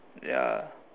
ya